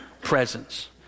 presence